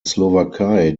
slowakei